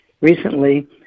recently